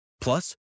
Plus